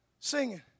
singing